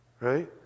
right